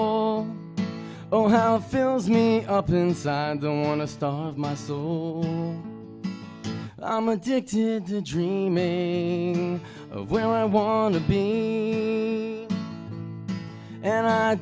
all oh how fills me up inside don't want to starve my soul i'm addicted to dreaming of where i want to me and i